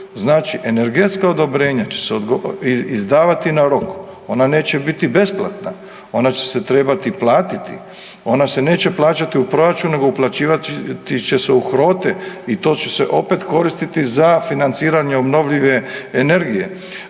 Znači energetska odobrenja će se izdavati na rok. Ona neće biti besplatna. Ona će se trebati platiti. Ona se neće plaćati u proračun, nego uplaćivat će se u HROTE i to će se opet koristiti za financiranje obnovljive energije.